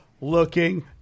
looking